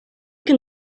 can